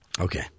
Okay